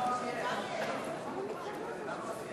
כמה עוד יש?